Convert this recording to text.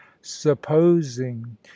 supposing